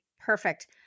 Perfect